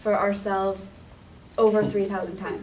for ourselves over three thousand times